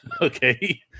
okay